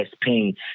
pain